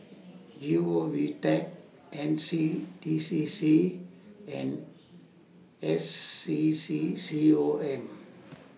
G O Vtech N C D C C and S C C C O M